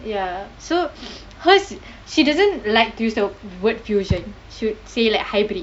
ya so hers she doesn't like to use the word fusion she would say like hybrid